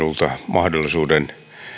mahdollisuuden